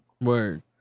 Word